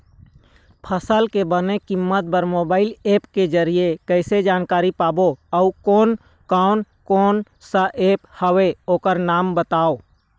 फसल के बने कीमत बर मोबाइल ऐप के जरिए कैसे जानकारी पाबो अउ कोन कौन कोन सा ऐप हवे ओकर नाम बताव?